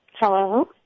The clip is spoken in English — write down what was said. Hello